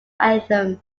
anthem